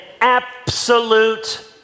absolute